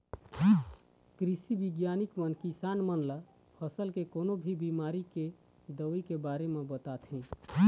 कृषि बिग्यानिक मन किसान मन ल फसल के कोनो भी बिमारी के दवई के बारे म बताथे